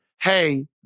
hey